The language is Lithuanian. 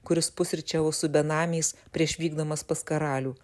kur jis pusryčiavo su benamiais prieš vykdamas pas karalių